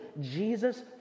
Jesus